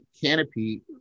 canopy